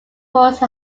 force